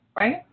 right